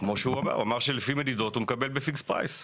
הוא אמר שלפי מדידות הוא מקבל בפיקס פרייס.